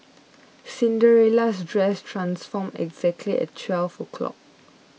Cinderella's dress transformed exactly at twelve o'clock